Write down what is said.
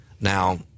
Now